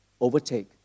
overtake